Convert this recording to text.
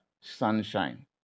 sunshine